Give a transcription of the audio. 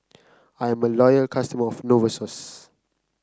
I'm a loyal customer of Novosource